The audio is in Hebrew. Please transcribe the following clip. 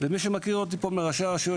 מי שמכיר אותי מראשי הרשויות,